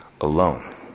alone